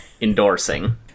endorsing